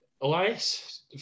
Elias